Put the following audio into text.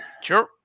Sure